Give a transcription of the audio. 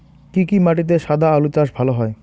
কি কি মাটিতে সাদা আলু চাষ ভালো হয়?